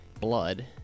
blood